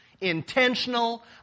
intentional